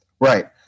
Right